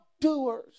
doers